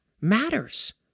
matters